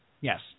Yes